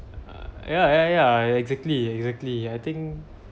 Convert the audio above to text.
ya ya ya exactly exactly I think